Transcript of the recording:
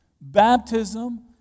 Baptism